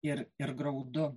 ir ir graudu